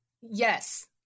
yes